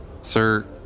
Sir